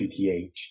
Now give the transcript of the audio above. PTH